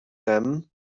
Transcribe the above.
them